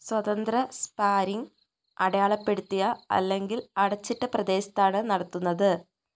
സ്വതന്ത്ര സ്പാരിംഗ് അടയാളപ്പെടുത്തിയ അല്ലെങ്കിൽ അടച്ചിട്ട പ്രദേശത്താണ് നടത്തുന്നത്